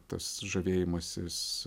tas žavėjimasis